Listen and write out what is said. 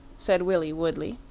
said willie woodley,